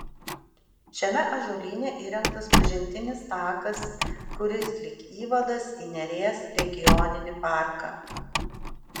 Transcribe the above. šiame ąžuolyne įrengtas pažintinis takas kuris lyg įvadas į neries regioninį parką